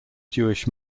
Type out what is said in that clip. jewish